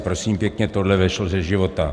Prosím pěkně, tohle vzešlo ze života.